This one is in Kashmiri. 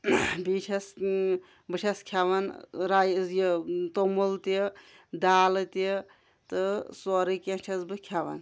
بیٚیہِ چھٮ۪س بہٕ چھٮ۪س کھٮ۪وان رایِز یہِ توٚمُل تہِ دالہٕ تہِ تہٕ سورٔے کینٛہہ چھٮ۪س بہٕ کھٮ۪وان